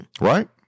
Right